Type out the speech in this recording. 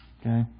Okay